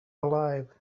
alive